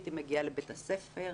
הייתי מגיע לבית הספר,